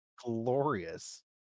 glorious